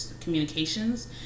communications